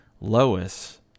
Lois